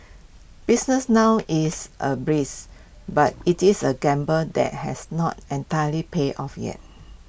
business now is A brisk but IT is A gamble that has not entirely paid off yet